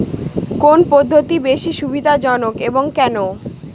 কোন পদ্ধতি বেশি সুবিধাজনক এবং কেন?